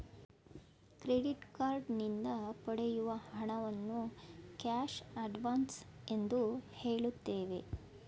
credit card ನಿಂದ ಪಡೆಯುವ ಹಣವನ್ನು ಕ್ಯಾಶ್ ಅಡ್ವನ್ಸ್ ಎಂದು ಹೇಳುತ್ತೇವೆ